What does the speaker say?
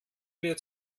wir